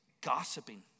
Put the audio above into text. gossiping